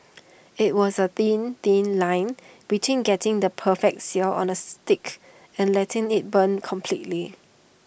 IT was A thin thin line between getting the perfect sear on the steak and letting IT burn completely